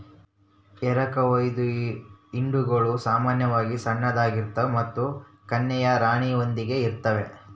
ಎರಕಹೊಯ್ದ ಹಿಂಡುಗಳು ಸಾಮಾನ್ಯವಾಗಿ ಸಣ್ಣದಾಗಿರ್ತವೆ ಮತ್ತು ಕನ್ಯೆಯ ರಾಣಿಯೊಂದಿಗೆ ಇರುತ್ತವೆ